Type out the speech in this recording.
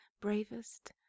bravest